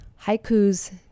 Haikus